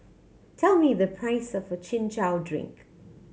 tell me the price of Chin Chow drink